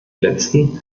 letzten